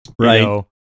Right